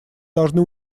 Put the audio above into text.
должны